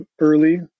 early